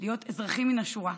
להיות אזרחים מן השורה.